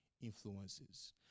influences